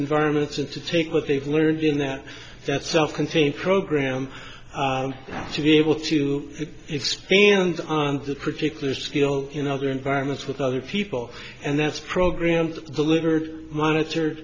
environments and to take what they've learned in that that self contained program and to be able to expand on that particular skill in other environments with other people and that's programmed delivered monitored